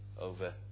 over